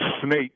snake